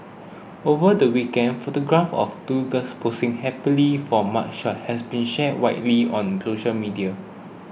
over the weekend photographs of two girls posing happily for mugshots have been shared widely on social media